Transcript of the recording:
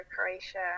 Croatia